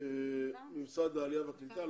ממשרד העלייה והקליטה.